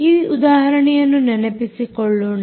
ಆ ಉದಾಹರಣೆಯನ್ನು ನೆನಪಿಸಿಕೊಳ್ಳೋಣ